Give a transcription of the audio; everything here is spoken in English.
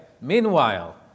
Meanwhile